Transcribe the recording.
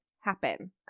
happen